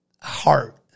heart